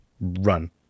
run